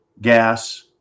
gas